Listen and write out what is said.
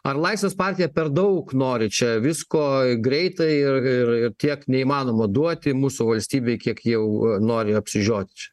ar laisvės partija per daug nori čia visko greitai ir ir tiek neįmanoma duoti mūsų valstybei kiek jau nori apsižioti čia